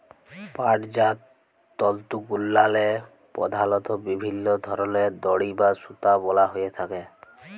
পাটজাত তলতুগুলাল্লে পধালত বিভিল্ল্য ধরলের দড়ি বা সুতা বলা হ্যঁয়ে থ্যাকে